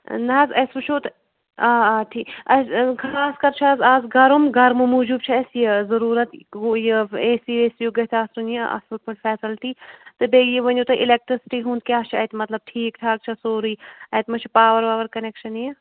نہ حٲز أسۍ وٕچھو تۄہہِ آ آ ٹھیٖک خاص کَر چھُ آز گَرٕم گَرمہٕ موٗجوٗب چھُ اسہِ یہٕ ضروٗرت اے سی ویے سی یُک گَژھِ آسٕنۍ یہٕ اَصٕل پٲٹھۍ فیسَلٹی تہٕ بیٚیہِ یہٕ وٕنِو تُہُۍ اِلیکٹِرٛسٹی ہُنٛد کیاہ چھُ اَتہِ مطلب ٹھیٖک ٹھاک چھا سورُے اتہِ مَہ چھُ پاوَر واوَر کَنیکشَن یہٕ